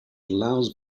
allows